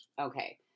Okay